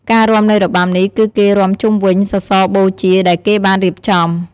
ការរាំនៃរបាំនេះគឺគេរាំជុំវិញសសរបូជាដែលគេបានរៀបចំ។